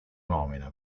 nomina